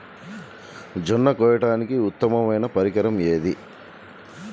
జొన్న కోయడానికి ఉత్తమ పరికరం ఏది?